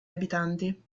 abitanti